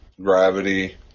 gravity